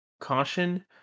Caution